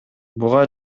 буга